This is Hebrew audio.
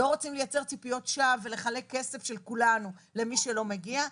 לא רוצים לייצר ציפיות שווא ולחלק כסף של כולנו למי שלא מגיע.